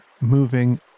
moving